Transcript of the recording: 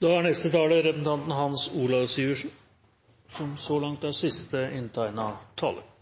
å følge debatten – både i salen og når man har hørt på den fra litt andre steder i denne